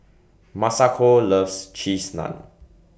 Masako loves Cheese Naan